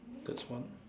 that's one